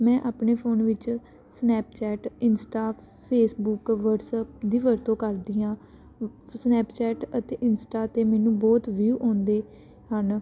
ਮੈਂ ਆਪਣੇ ਫੋਨ ਵਿੱਚ ਸਨੈਪਚੈਟ ਇੰਸਟਾ ਫੇਸਬੁੱਕ ਵਟਸਅਪ ਦੀ ਵਰਤੋਂ ਕਰਦੀ ਹਾਂ ਸਨੈਪਚੈਟ ਅਤੇ ਇੰਸਟਾ 'ਤੇ ਮੈਨੂੰ ਬਹੁਤ ਵਿਊ ਆਉਂਦੇ ਹਨ